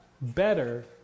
Better